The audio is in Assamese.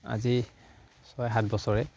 আজি ছয় সাত বছৰে